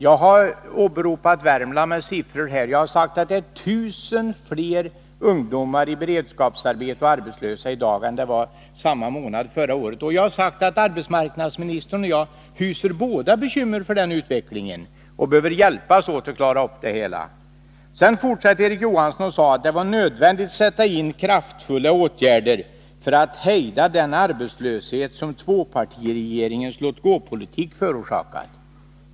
Jag har åberopat Värmland med siffror. Jag har sagt att det är 1 000 fler ungdomar i beredskapsarbete och arbetslösa i dag än det var samma månad förra året. Jag har också sagt att arbetsmarknadsministern och jag båda hyser bekymmer för den utvecklingen och behöver hjälpas åt att klara upp det hela. Det var nödvändigt att sätta in kraftfulla åtgärder för att hejda den arbetslöshet som tvåpartiregeringens låt-gå-politik förorsakat, sade Erik Johansson.